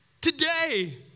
Today